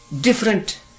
different